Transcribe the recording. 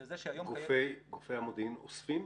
לזה שהיום --- גופי המודיעין אוספים?